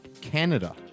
Canada